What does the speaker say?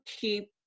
keep